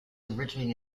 originally